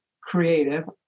creative